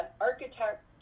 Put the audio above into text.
architect